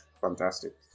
Fantastic